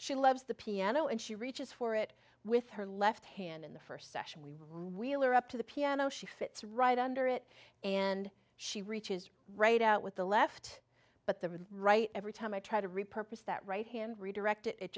she loves the piano and she reaches for it with her left hand in the first session we room wheeler up to the piano she fits right under it and she reaches right out with the left at the right every time i try to repurpose that right hand redirect it